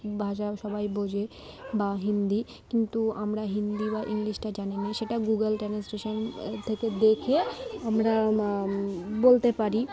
ভাষা সবাই বোঝে বা হিন্দি কিন্তু আমরা হিন্দি বা ইংলিশটা জানি না সেটা গুগল ট্রান্সলেশন থেকে দেখে আমরা বলতে পারি